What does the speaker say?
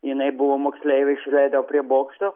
jinai buvo moksleivė išleidau prie bokšto